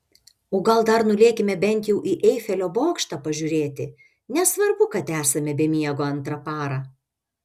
o gal dar nulėkime bent jau į eifelio bokštą pažiūrėti nesvarbu kad esame be miego antrą parą